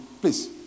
Please